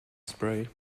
spray